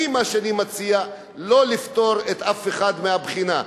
אני מציע שלא לפטור אף אחד מהבחינה,